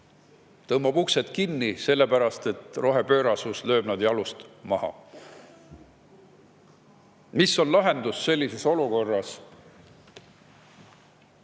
tõmbab uksed kinni sellepärast, et rohepöörasus lööb nad jalust maha. Mis on sellises olukorras